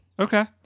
Okay